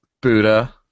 Buddha